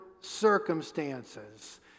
circumstances